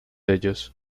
ellos